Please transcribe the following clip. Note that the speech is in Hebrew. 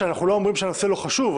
שאנחנו לא אומרים שהנושא לא חשוב.